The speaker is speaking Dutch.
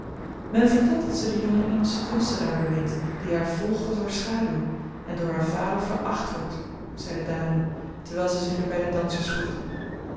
men vertelt dat zij den jongen engelschen kunstenaar bemint die haar volgt als haar schaduw en door haar vader veracht wordt zei de dame terwijl zij zich weer bij de dansers